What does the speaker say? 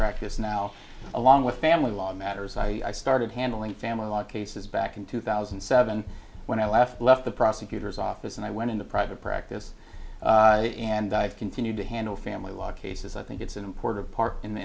practice now along with family law matters i started handling family law cases back in two thousand and seven when i left left the prosecutor's office and i went into private practice and i've continued to handle family law cases i think it's an important part in the